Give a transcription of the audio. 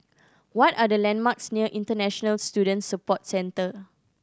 what are the landmarks near International Student Support Center